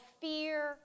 fear